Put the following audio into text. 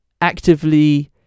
actively